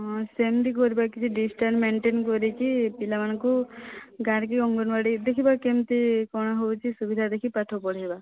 ହଁ ସେମିତି କରିବା କିଛି ଡିଷ୍ଟାନ୍ସ ମେଣ୍ଟେନ କରିକି ପିଲାମାନଙ୍କୁ ଅନ୍ଲାଇନ୍ ଗାଁରେ କି ଅଙ୍ଗନବାଡ଼ି ଦେଖିବା କେମିତି କ'ଣ ହେଉଛି ସୁବିଧା ଦେଖିକି ପାଠ ପଢ଼ାଇବା